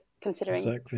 considering